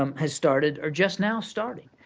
um has started are just now starting.